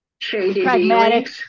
pragmatic